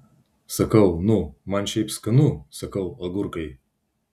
sakau nu man šiaip skanu sakau agurkai